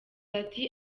ati